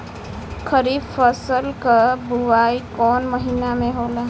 खरीफ फसल क बुवाई कौन महीना में होला?